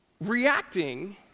Reacting